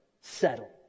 settle